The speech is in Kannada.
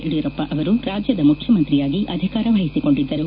ಯಡಿಯೂರಪ್ಪ ಅವರು ರಾಜ್ಯದ ಮುಖ್ಯಮಂತ್ರಿಯಾಗಿ ಅಧಿಕಾರ ವಹಿಸಿಕೊಂಡಿದ್ದರು